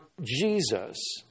Jesus